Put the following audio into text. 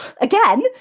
again